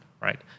right